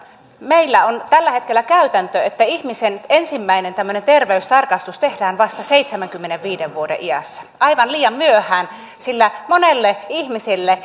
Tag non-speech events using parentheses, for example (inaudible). meillä on tällä hetkellä käytäntö että ihmisen ensimmäinen terveystarkastus tehdään vasta seitsemänkymmenenviiden vuoden iässä aivan liian myöhään sillä monelle ihmiselle (unintelligible)